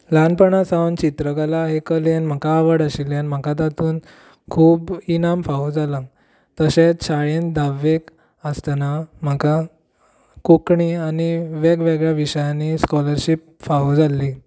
ल्हानपणा सावन चित्रकला हे कलेन म्हाका आवड आशिल्ल्यान म्हाका तातून खूब इनाम फावो जालां तशेंच शाळेन धाव्वेक आसतना म्हाका कोंकणी आनी वेगवेगळ्या विशयांनी स्काॅलरशीप फावो जाल्ली